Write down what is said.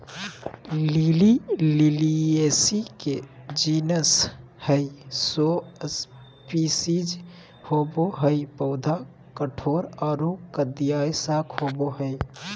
lily Liliaceae के genus हई, सौ स्पिशीज होवअ हई, पौधा कठोर आरो कंदिया शाक होवअ हई